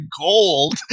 gold